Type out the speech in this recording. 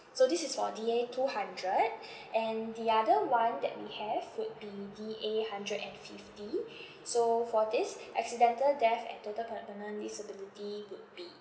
so this is for D A two hundred and the other one that we have would be the D A hundred and fifty so for this accidental death and total permanent disability would be